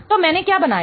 तो मैंने क्या बनाया